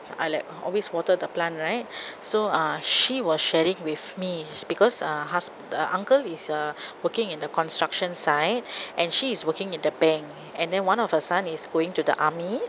I like always water the plant right so uh she was sharing with me because hus~ uh uncle is uh working in the construction site and she is working in the bank and then one of her son is going to the army